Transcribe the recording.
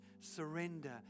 Surrender